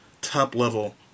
top-level